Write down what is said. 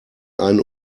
einen